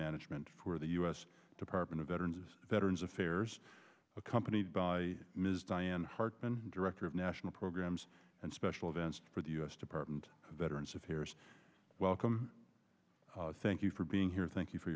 management for the u s department of veterans of veterans affairs accompanied by diane hartman director of national programs and special events for the u s department of veterans affairs welcome thank you for being here thank you for